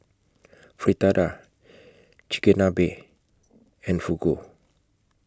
Fritada Chigenabe and Fugu